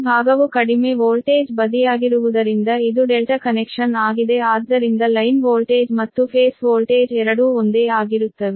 ಈ ಭಾಗವು ಕಡಿಮೆ ವೋಲ್ಟೇಜ್ ಬದಿಯಾಗಿರುವುದರಿಂದ ಇದು ∆ ಕನೆಕ್ಷನ್ ಆಗಿದೆ ಆದ್ದರಿಂದ ಲೈನ್ ವೋಲ್ಟೇಜ್ ಮತ್ತು ಫೇಸ್ ವೋಲ್ಟೇಜ್ ಎರಡೂ ಒಂದೇ ಆಗಿರುತ್ತವೆ